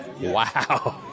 Wow